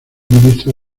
ministra